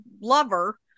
lover